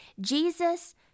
Jesus